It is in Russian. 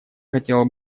хотела